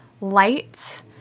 light